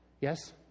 Yes